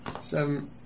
Seven